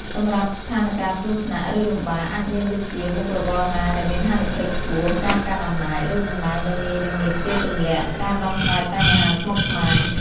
សម្រាប់ស្ថានការណ៍គ្រោះថ្នាក់ ឬលំបាក អាចមានដូចជាមុខរបរណាដែលមានហានិភ័យខ្ពស់ ការកាន់អំណាច ឬតំណែងដែលងាយនឹងមានគេទម្លាក់ ការដោះស្រាយបញ្ហាស្មុគស្មាញ។